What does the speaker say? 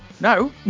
no